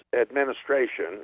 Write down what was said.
administration